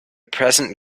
present